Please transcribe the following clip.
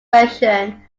version